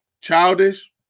Childish